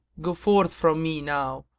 go forth from me now,